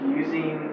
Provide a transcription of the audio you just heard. using